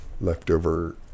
leftover